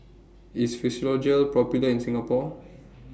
IS Physiogel Popular in Singapore